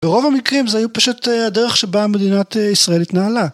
ברוב המקרים זה היו פשוט הדרך שבה מדינת ישראל התנהלה.